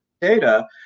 data